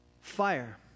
Fire